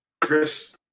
Chris